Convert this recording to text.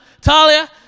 Talia